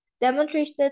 demonstrated